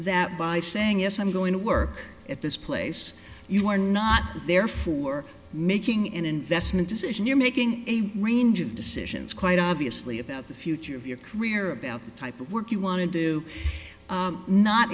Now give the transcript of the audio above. that by saying yes i'm going to work at this place you are not therefore making an investment decision you're making a range of decisions quite obviously about the future of your career about the type of work you want to do